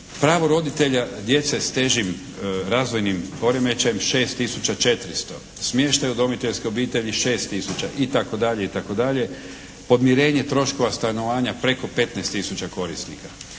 Pravo roditelja djece sa težim razvojnim poremećajem 6 tisuća 400. Smještaj udomiteljske obitelji 6 tisuća. I tako dalje i tako dalje. Podmirenje troškova stanovanja preko 15 tisuća korisnika.